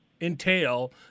entail